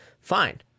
fine